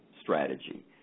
strategy